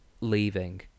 leaving